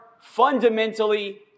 fundamentally